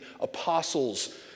apostles